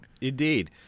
Indeed